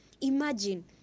Imagine